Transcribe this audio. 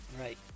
Right